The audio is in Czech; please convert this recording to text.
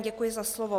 Děkuji za slovo.